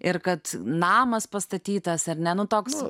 ir kad namas pastatytas ar ne nu toks